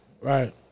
Right